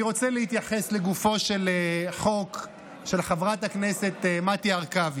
אני רוצה להתייחס לגופו של החוק של חברת הכנסת מטי הרכבי.